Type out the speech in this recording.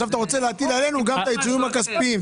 עכשיו אתה רוצה להטיל עלינו גם את העיצומים הכספיים.